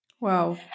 Wow